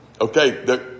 Okay